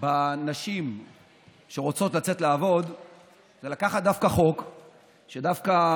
בנשים שרוצות לצאת לעבוד היא לקחת חוק שדווקא